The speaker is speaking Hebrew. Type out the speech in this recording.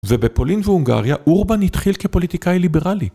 ובפולין והונגריה אורבן התחיל כפוליטיקאי ליברלי.